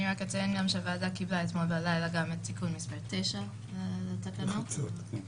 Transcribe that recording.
אני רק אציין שהוועדה קיבלה אתמול בלילה גם את תיקון מס' 9 לתקנות אבל